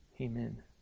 Amen